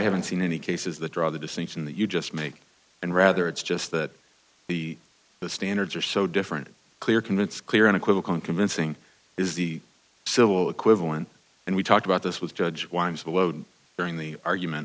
haven't seen any cases that draw the distinction that you just make and rather it's just that the standards are so different clear commits clear unequivocal and convincing is the civil equivalent and we talked about this with judge wives billowed during the argument